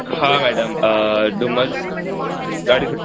हा मैडम डुमस ॾाढी सुठी